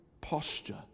posture